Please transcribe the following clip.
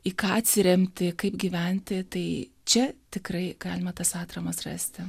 į ką atsiremti kaip gyventi tai čia tikrai galima tas atramas rasti